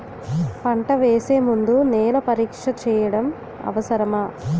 పంట వేసే ముందు నేల పరీక్ష చేయటం అవసరమా?